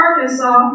Arkansas